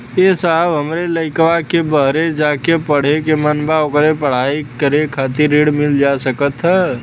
ए साहब हमरे लईकवा के बहरे जाके पढ़े क मन बा ओके पढ़ाई करे खातिर ऋण मिल जा सकत ह?